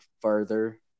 further